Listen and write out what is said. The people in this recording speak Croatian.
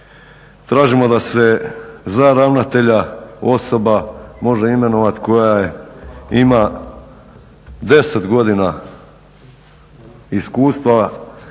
tražimo da se za ravnatelja osoba može imenovati koja ima 10 godina iskustva